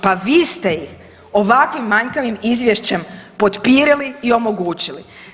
Pa vi ste ovakvim manjkavim izvješćem potpirili i omogućili.